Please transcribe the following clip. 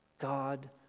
God